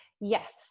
Yes